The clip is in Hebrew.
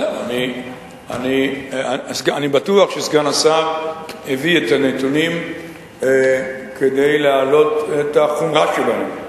אני בטוח שסגן השר הביא את הנתונים כדי להעלות את החומרה שלהם.